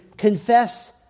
confess